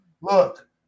Look